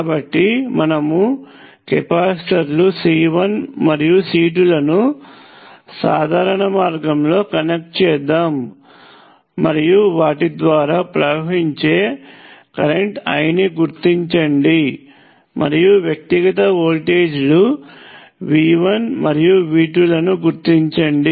కాబట్టి మనము కెపాసిటర్లు C1 మరియు C2 లను సాధారణ మార్గంలో కనెక్ట్ చేద్దాం మరియు వాటి ద్వారా ప్రవహించే కరెంట్ I ని గుర్తించండి మరియు వ్యక్తిగత వోల్టేజీలు V1 మరియు V2 లను గుర్తించండి